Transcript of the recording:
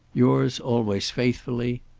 yours always faithfully,